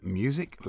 music